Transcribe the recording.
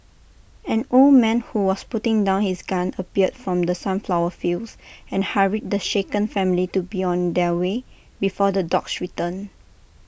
an old man who was putting down his gun appeared from the sunflower fields and hurried the shaken family to be on their way before the dogs return